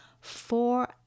four